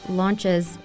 launches